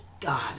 God